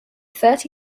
thirty